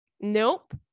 Nope